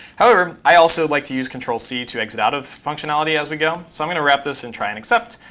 however, i also like to use control-c to exit out of functionality as we go, so i'm going to wrap this and try an except